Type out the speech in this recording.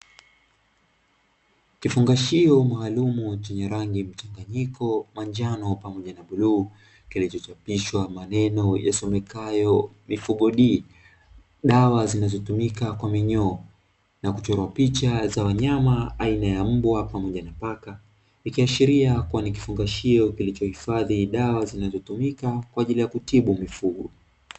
Kifungashio maalumu chenye rangi mchanganyiko manjano pamoja na bluu, kilichochapishwa maneno yasomekayo "Mifugo D". Dawa zinazotumika kwa minyoo na kuchora picha za wanyama aina ya mbwa pamoja na paka, ikiashiria kuwa ni kifungashio kilichohifadhi dawa zinazotumika kwa ajili ya kutibu mifugo.